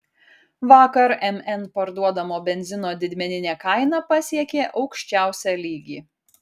vakar mn parduodamo benzino didmeninė kaina pasiekė aukščiausią lygį